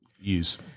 use